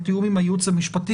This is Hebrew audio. בתיאום עם הייעוץ המשפטי,